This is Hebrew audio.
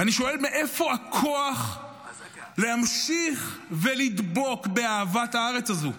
ואני שואל מאיפה הכוח להמשיך לדבוק באהבת הארץ הזו?